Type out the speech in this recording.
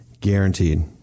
guaranteed